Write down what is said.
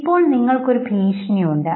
ഇപ്പോൾ നിങ്ങൾക്ക് ഭീഷണി ഉണ്ട്